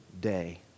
day